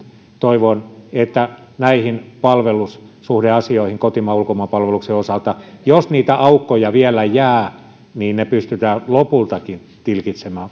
toivon että jos näihin palvelussuhdeasioihin kotimaan tai ulkomaanpalveluksen osalta niitä aukkoja vielä jää niin ne pystytään lopultakin tilkitsemään